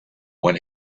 when